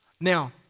Now